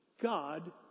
God